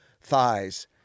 thighs